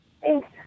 Thanks